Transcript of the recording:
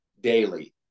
daily